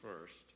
first